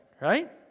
right